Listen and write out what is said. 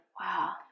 wow